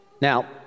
Now